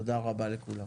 תודה רבה לכולם.